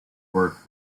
work